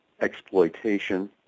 exploitation